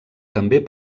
també